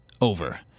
over